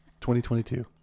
2022